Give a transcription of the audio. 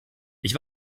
ich